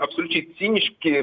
absoliučiai ciniški